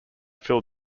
phil